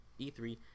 E3